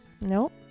Nope